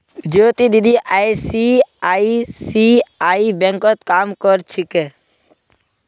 ज्योति दीदी आई.सी.आई.सी.आई बैंकत काम कर छिले